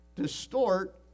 distort